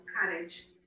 courage